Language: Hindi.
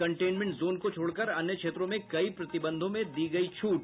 कंटेनमेंट जोन को छोड़कर अन्य क्षेत्रों में कई प्रतिबंधों में दी गयी छूट